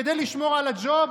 כדי לשמור על הג'וב